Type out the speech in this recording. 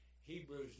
Hebrews